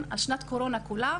שנת הקורונה כולה.